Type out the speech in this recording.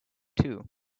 too